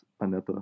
Aneta